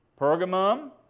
Pergamum